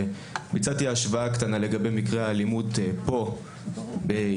וביצעתי השוואה קטנה לגבי מקרי האלימות פה בישראל,